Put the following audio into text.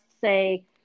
say